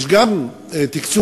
יש גם תקצוב,